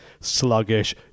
sluggish